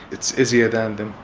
it's easier than them.